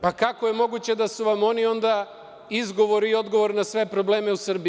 Pa, kako je moguće da su vam oni onda izgovor i odgovor na sve probleme u Srbiji?